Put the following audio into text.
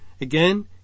Again